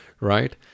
right